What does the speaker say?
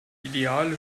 ideale